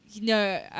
no